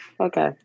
Okay